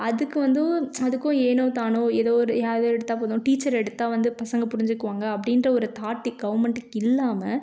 அதுக்கு வந்து அதுக்கும் ஏனோ தானோ எதோ ஒரு அதை எடுத்தால் போதும் டீச்சர் எடுத்தால் வந்து பசங்க புரிஞ்சிக்குவாங்க அப்படின்ற ஒரு தார்ட்டு கவுர்மெண்ட்டுக்கு இல்லாமல்